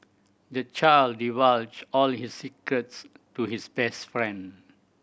the child divulged all his secrets to his best friend